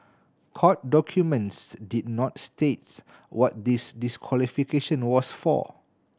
court documents did not state what this disqualification was for